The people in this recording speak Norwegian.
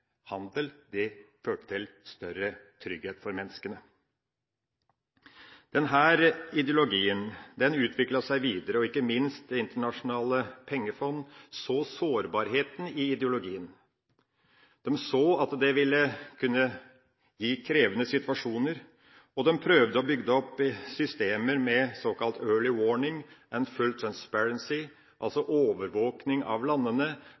handel, som fører til større trygghet for menneskene. Denne ideologien utviklet seg videre, og ikke minst Det internasjonale pengefondet så sårbarheten i ideologien. De så at det ville kunne gi krevende situasjoner, og de prøvde å bygge opp systemer med «early warning and full transparency», altså overvåking av landene,